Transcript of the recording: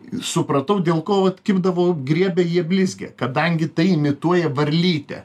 supratau dėl ko vat kibdavo griebia jie blizgę kadangi tai imituoja varlytę